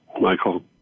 Michael